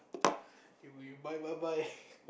you you buy what buy